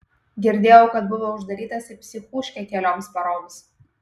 girdėjau kad buvo uždarytas į psichūškę kelioms paroms